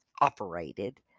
operated